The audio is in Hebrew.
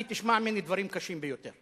היא תשמע ממני דברים קשים ביותר.